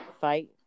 fight